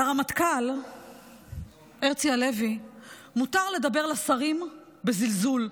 לרמטכ"ל הרצי הלוי מותר לדבר לשרים בזלזול.